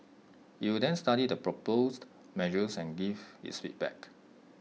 IT will then study the proposed measures and give its feedback